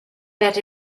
that